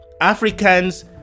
Africans